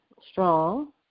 strong